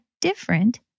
different